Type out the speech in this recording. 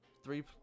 Three